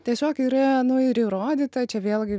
tiesiog yra nu ir įrodyta čia vėlgi